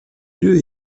lieu